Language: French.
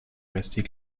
rester